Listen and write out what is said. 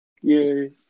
Yay